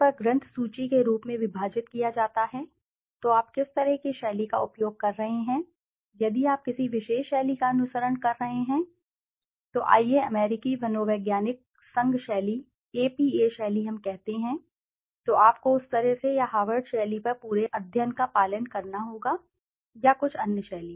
आम तौर पर ग्रंथ सूची के रूप में विभाजित किया जाता है तो आप किस तरह की शैली का उपयोग कर रहे हैं यदि आप किसी विशेष शैली का अनुसरण कर रहे हैं तो आइए अमेरिकी मनोवैज्ञानिक संघ शैली एपीए शैली हम कहते हैं तो आपको उस तरह से या हार्वर्ड शैली पर पूरे अध्ययन का पालन करना होगा या कुछ अन्य शैली